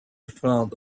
found